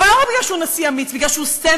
אבל לא רק כי הוא נשיא אמיץ, כי הוא סמל,